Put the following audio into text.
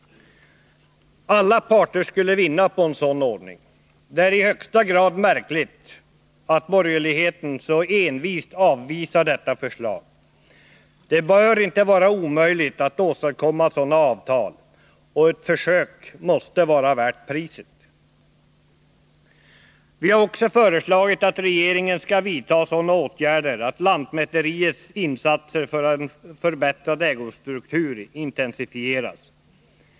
Alla parter skulle vinna på en sådan ordning. Det är i högsta grad märkligt att borgerligheten så envist avvisar detta förslag. Det bör inte vara omöjligt att åstadkomma sådana avtal, och ett försök måste vara värt priset. Ett annat av våra förslag gäller att regeringen skall vidta sådana åtgärder att lantmäteriets insatser för en förbättrad ägostruktur intensifieras.